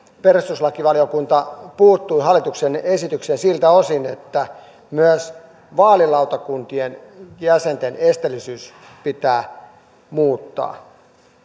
perustuslakivaliokunta puuttui hallituksen esitykseen siltä osin että myös vaalilautakuntien jäsenten esteellisyys pitää muuttaa